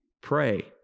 pray